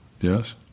Yes